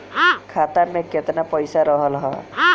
खाता में केतना पइसा रहल ह?